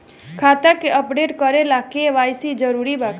खाता के अपडेट करे ला के.वाइ.सी जरूरी बा का?